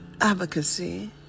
advocacy